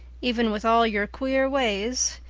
even with all your queer ways.